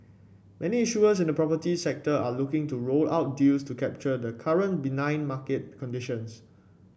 many issuers in the property sector are looking to roll out deals to capture the current benign market conditions